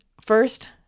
first